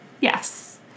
Yes